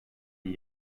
iyi